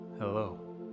Hello